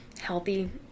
healthy